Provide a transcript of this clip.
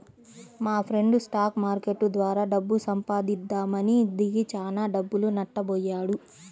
మాఫ్రెండు stock market ద్వారా డబ్బు సంపాదిద్దామని దిగి చానా డబ్బులు నట్టబొయ్యాడు